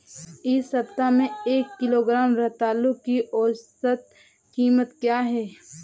इस सप्ताह में एक किलोग्राम रतालू की औसत कीमत क्या है?